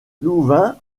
louvain